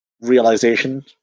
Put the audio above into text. realization